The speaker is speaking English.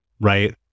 right